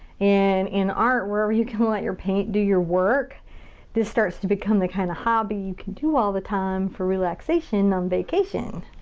and in art, wherever you can let your paint do your work this starts to become the kind of hobby you can do all the time for relaxation on vacation.